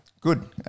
Good